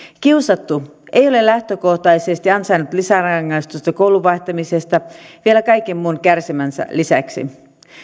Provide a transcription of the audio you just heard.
kiusattu ei ole lähtökohtaisesti ansainnut lisärangaistusta koulun vaihtamisesta vielä kaiken muun kärsimänsä lisäksi